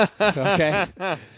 Okay